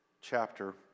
chapter